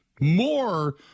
More